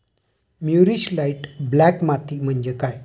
मूरिश light black माती म्हणजे काय?